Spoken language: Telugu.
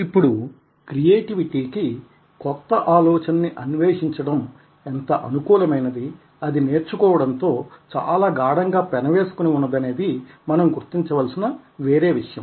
ఇప్పుడు క్రియేటివిటీకి కొత్త ఆలోచన ని అన్వేషించడం ఎంత అనుకూలమైనది అది నేర్చుకోవడంతో చాలా గాఢంగా పెనవేసుకునివున్నదనేది మనం గుర్తించవలసిన వేరే విషయం